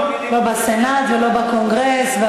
לא בסנאט ולא בקונגרס.